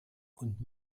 und